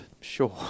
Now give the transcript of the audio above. Sure